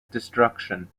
destruction